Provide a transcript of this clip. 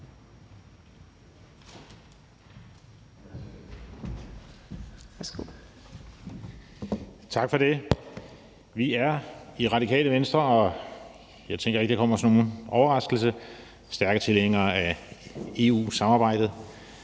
Tak for det. Vi er i Radikale Venstre – og jeg tænker ikke, det kommer som nogen overraskelse – stærke tilhængere af EU-samarbejdet,